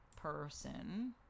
person